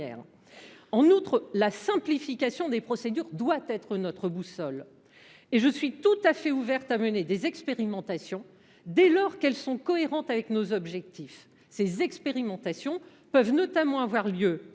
En outre, la simplification des procédures doit être notre boussole. Je suis tout à fait encline à mener des expérimentations dès lors qu’elles sont cohérentes avec nos objectifs. Ces expérimentations peuvent notamment être